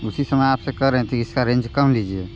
उसी समय आपसे कह रहे थे इसका रेंज कम लिजिए